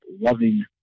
loving